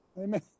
Amen